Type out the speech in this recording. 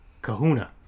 kahuna